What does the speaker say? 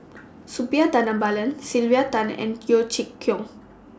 Suppiah Dhanabalan Sylvia Tan and Yeo Chee Kiong